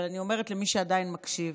אבל אני אומרת למי שעדיין מקשיב,